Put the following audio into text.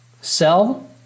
Sell